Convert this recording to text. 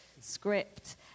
script